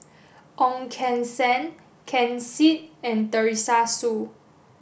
Ong Keng Sen Ken Seet and Teresa Hsu